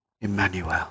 Emmanuel